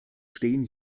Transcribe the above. stehen